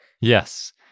Yes